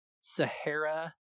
Sahara